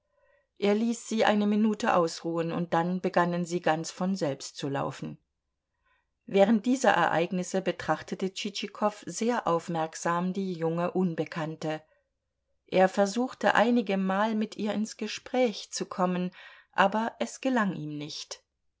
er ließ sie eine minute ausruhen und dann begannen sie ganz von selbst zu laufen während dieser ereignisse betrachtete tschitschikow sehr aufmerksam die junge unbekannte er versuchte einigemal mit ihr ins gespräch zu kommen aber es gelang ihm nicht